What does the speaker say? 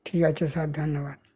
ঠিক আছে স্যার ধন্যবাদ